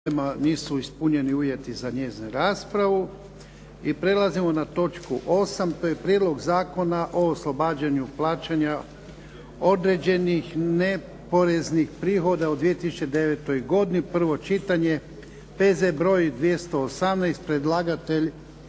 nisu ispunjeni uvjeti za njezinu raspravu i prelazimo na točku 8., to je - Prijedlog zakona o oslobađanju plaćanja određenih neporeznih prihoda u 2009. godini, prvo čitanje, P.Z. br. 218. Predlagatelj: